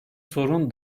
sorun